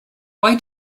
why